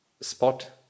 spot